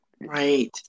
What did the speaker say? Right